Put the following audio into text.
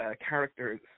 characters